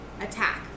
attack